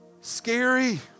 scary